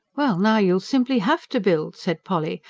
well, now you'll simply have to build, said polly,